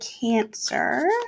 Cancer